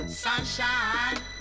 sunshine